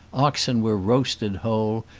oxen were roasted whole,